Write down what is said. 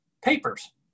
papers